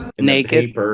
Naked